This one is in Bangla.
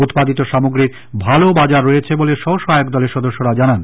উৎপাদিত সামগ্রীর ভাল বাজার রয়েছে বলে স্ব সহায়ক দলের সদস্যরা জানান